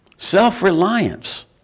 Self-reliance